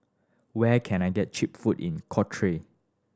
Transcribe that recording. where can I get cheap food in